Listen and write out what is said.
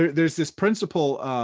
there's this principle,